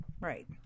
Right